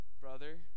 Brother